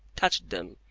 touched them,